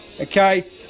okay